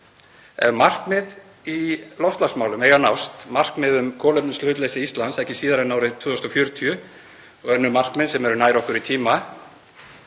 markmið í loftslagsmálum eiga að nást, markmið um kolefnishlutleysi Íslands, ekki síðar en árið 2040 og önnur markmið sem eru nær okkur í tíma,